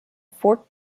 forked